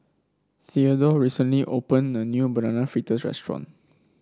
Theadore recently opened a new Banana Fritters restaurant